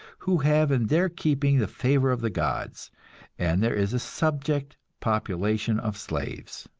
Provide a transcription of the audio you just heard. who have in their keeping the favor of the gods and there is a subject population of slaves.